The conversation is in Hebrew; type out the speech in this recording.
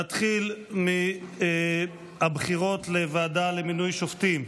נתחיל מהבחירות לוועדה למינוי שופטים,